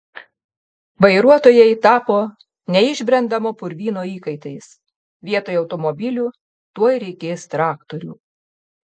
vairuotojai tapo neišbrendamo purvyno įkaitais vietoj automobilių tuoj reikės traktorių